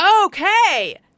Okay